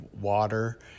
water